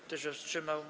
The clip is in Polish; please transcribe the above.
Kto się wstrzymał?